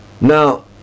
Now